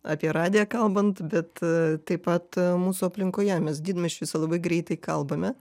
apie radiją kalbant bet taip pat mūsų aplinkoje mes dirbdami iš viso labai greitai kalbame